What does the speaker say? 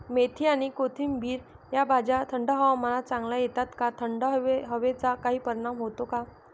मेथी आणि कोथिंबिर या भाज्या थंड हवामानात चांगल्या येतात का? थंड हवेचा काही परिणाम होतो का?